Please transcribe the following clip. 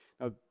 Now